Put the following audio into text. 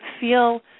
feel